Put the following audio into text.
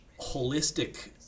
holistic